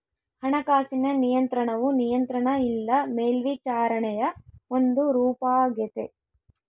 ಹಣಕಾಸಿನ ನಿಯಂತ್ರಣವು ನಿಯಂತ್ರಣ ಇಲ್ಲ ಮೇಲ್ವಿಚಾರಣೆಯ ಒಂದು ರೂಪಾಗೆತೆ